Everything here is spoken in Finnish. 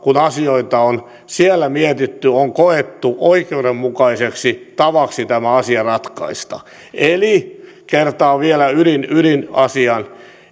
kun asioita on siellä mietitty on koettu oikeudenmukaiseksi tavaksi tämä asia ratkaista eli kertaan vielä ydinasian